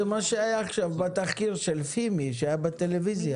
זה מה שהיה עכשיו בתחקיר של פימי שהיה בטלוויזיה.